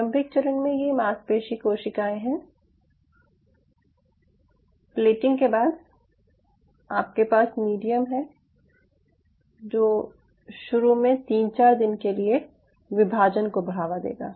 प्रारंभिक चरण में ये मांसपेशी कोशिकायें हैं प्लेटिंग के बाद आपके पास मीडियम है जो शुरू में 3 4 दिनों के लिए विभाजन को बढ़ावा देगा